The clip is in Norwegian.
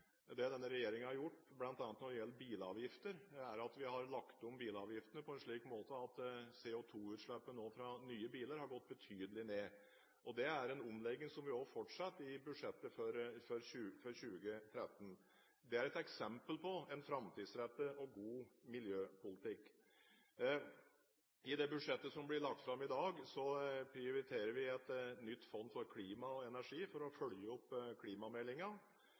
Det denne regjeringen har gjort, bl.a. når det gjelder bilavgifter, er at vi har lagt om bilavgiftene på en slik måte at CO2-utslippet fra nye biler nå har gått betydelig ned. Det er en omlegging som vi fortsetter i budsjettet for 2013. Det er et eksempel på en framtidsrettet og god miljøpolitikk. I det budsjettet som ble lagt fram i dag, prioriterer vi et nytt fond for klima og energi for å følge opp